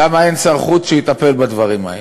למה אין שר חוץ שיטפל בדברים האלה?